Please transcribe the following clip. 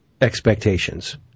expectations